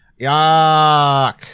Yuck